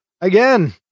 again